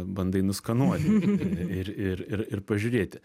bandai nuskanuoti ir ir ir ir ir pažiūrėti